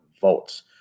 votes